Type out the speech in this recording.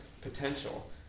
potential